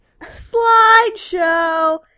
slideshow